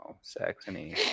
Saxony